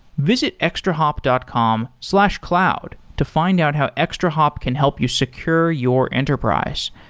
visit extrahop dot com slash cloud to find out how extrahop can help you secure your enterprise.